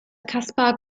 caspar